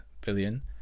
billion